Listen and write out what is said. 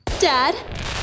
Dad